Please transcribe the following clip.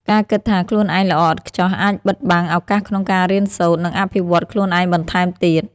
ការគិតថាខ្លួនឯងល្អឥតខ្ចោះ អាចបិទបាំងឱកាសក្នុងការរៀនសូត្រ និងអភិវឌ្ឍន៍ខ្លួនឯងបន្ថែមទៀត។